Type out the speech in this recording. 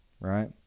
Right